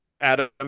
Adam